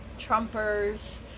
Trumpers